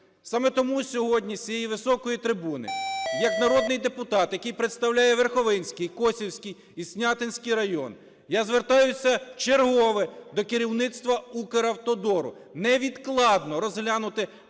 Саме тому сьогодні з цієї високої трибуни як народний депутат, який представляє Верховинський, Косівський і Снятинський райони, я звертаюся вчергове до керівництва "Укравтодору" невідкладно розглянути